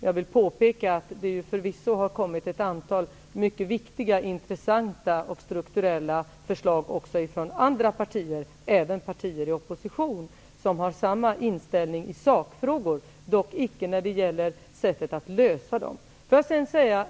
Jag vill påpeka att det förvisso har kommit ett antal mycket viktiga, intressanta och strukturella förslag också från andra partier, även partier i opposition, som har samma inställning i sakfrågor, dock icke när det gäller sättet att lösa dem.